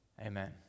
Amen